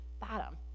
bottom